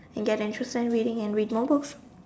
and get interested in reading and read more books